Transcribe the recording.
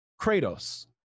Kratos